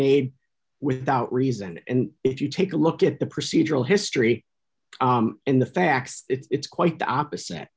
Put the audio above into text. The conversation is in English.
made without reason and if you take a look at the procedural history and the facts it's quite the opposite